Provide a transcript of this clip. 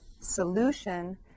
solution